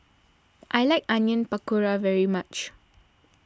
I like Onion Pakora very much